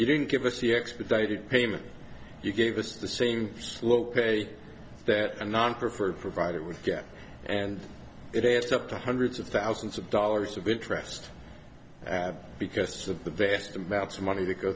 you didn't give us the expedited payment you gave us the same slow pay that a non preferred provider would get and it adds up to hundreds of thousands of dollars of interest because of the vast amounts of money to go